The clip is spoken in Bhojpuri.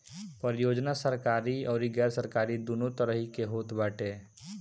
परियोजना सरकारी अउरी गैर सरकारी दूनो तरही के होत बाटे